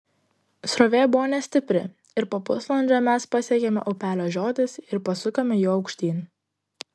srovė buvo nestipri ir po pusvalandžio mes pasiekėme upelio žiotis ir pasukome juo aukštyn